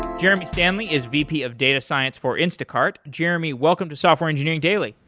jeremy stanley is vp of data science for instacart. jeremy, welcome to software engineering daily.